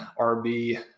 RB